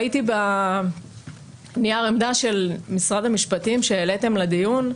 ראיתי בנייר עמדה של משרד המשפטים שהעליתם לדיון,